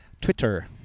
Twitter